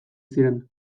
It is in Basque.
ziren